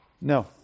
No